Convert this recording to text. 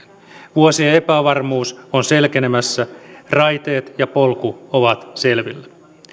vuosien epävarmuus on selkenemässä raiteet ja polku ovat selvillä